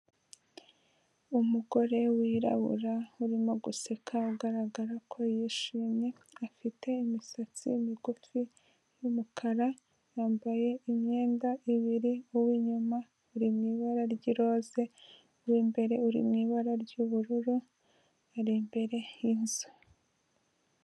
Umugore wirabura urimo guseka agaragara ko yishimye, afite imisatsi migufi y'umukara, yambaye imyenda ibiri uw'inyuma uri mu ibara ry'iroza uw'imbere uri mu ibara ry'ubururu ari imbere y'inzu.